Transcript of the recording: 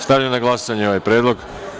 Stavljam na glasanje ovaj predlog.